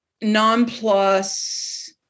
non-plus